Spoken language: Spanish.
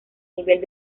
nivel